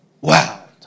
wow